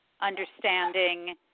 understanding